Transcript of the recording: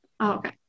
Okay